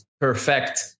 perfect